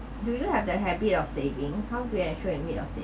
do you have that habit of saving how do you actually make saving